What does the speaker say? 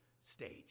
stage